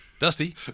Dusty